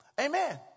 amen